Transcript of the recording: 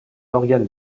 organe